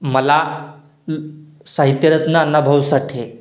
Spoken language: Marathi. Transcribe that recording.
मला साहित्यरत्न अण्णाभाऊ साठे